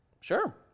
sure